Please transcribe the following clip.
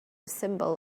symbol